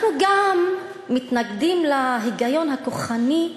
אנחנו גם מתנגדים להיגיון הכוחני,